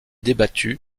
débattue